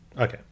okay